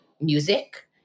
music